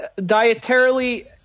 dietarily